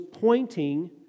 pointing